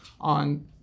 on